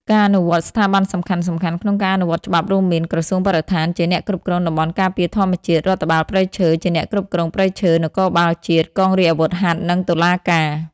ការអនុវត្ត ស្ថាប័នសំខាន់ៗក្នុងការអនុវត្តច្បាប់រួមមាន ក្រសួងបរិស្ថាន ជាអ្នកគ្រប់គ្រងតំបន់ការពារធម្មជាតិ រដ្ឋបាលព្រៃឈើ ជាអ្នកគ្រប់គ្រងព្រៃឈើ នគរបាលជាតិ កងរាជអាវុធហត្ថ និងតុលាការ។